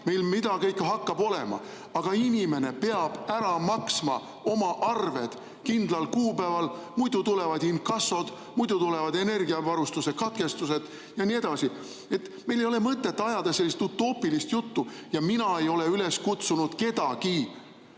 meil midagi ikka hakkab olema. Aga inimene peab ära maksma oma arved kindlal kuupäeval, muidu tulevad inkassod, muidu tulevad energiavarustuse katkestused jne. Ei ole mõtet ajada sellist utoopilist juttu. Mina ei ole kedagi üles kutsunud Lätile